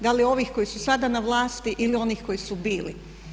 Da li ovih koji su sada na vlasti ili onih koji su bili?